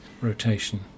rotation